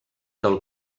del